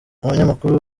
abanyamakuru